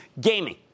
Gaming